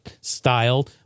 style